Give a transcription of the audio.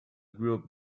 group